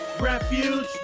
refuge